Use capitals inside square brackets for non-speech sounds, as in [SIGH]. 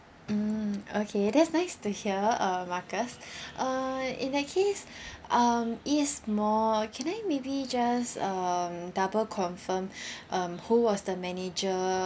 mm okay that's nice to hear uh marcus [BREATH] uh in that case [BREATH] um east mall can I maybe just um double confirm [BREATH] um who was the manager